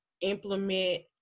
implement